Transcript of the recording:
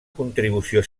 contribució